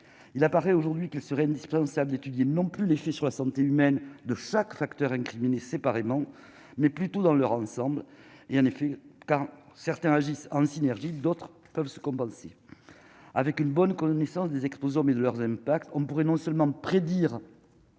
il apparaît aujourd'hui qu'il serait indispensable d'étudier non plus l'effet sur la santé humaine de chaque facteur incriminé séparément mais plutôt dans leur ensemble, il y en effet quand certains agissent en synergie, d'autres peuvent se compenser avec une bonne connaissance des exposants et de leurs impacts on pourrait non seulement prédire.